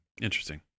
Interesting